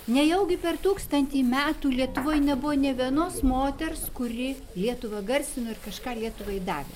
nejaugi per tūkstantį metų lietuvoj nebuvo nė vienos moters kuri lietuvą garsino ir kažką lietuvai davė